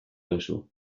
duzu